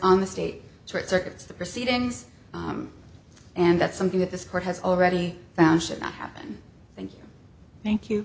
on the state street circuits the proceedings and that's something that this court has already found should not happen thank you